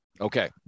Okay